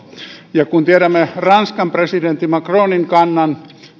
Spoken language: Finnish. ja tiedämme ranskan presidentti macronin kannan